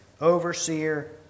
overseer